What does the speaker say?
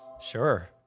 Sure